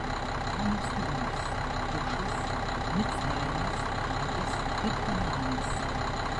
chamo sūnūs kušas micraimas putas ir kanaanas